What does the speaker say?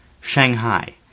Shanghai